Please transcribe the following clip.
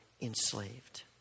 enslaved